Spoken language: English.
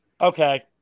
okay